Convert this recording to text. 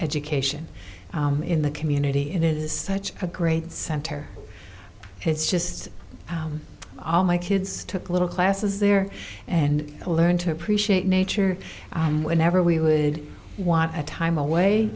education in the community it is such a great center it's just all my kids took little classes there and to learn to appreciate nature whenever we would want a time away